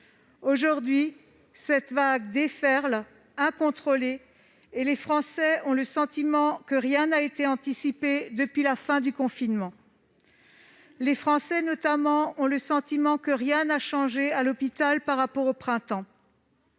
Aujourd'hui, cette vague déferle, incontrôlée, et les Français ont le sentiment que rien n'a été anticipé depuis la fin du confinement, que rien n'a changé à l'hôpital par rapport au printemps